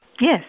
Yes